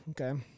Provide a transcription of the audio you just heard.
Okay